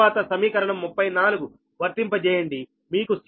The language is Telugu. తరువాత సమీకరణం 34 వర్తింప చేయండి మీకు Can 0